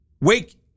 Wake